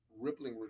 rippling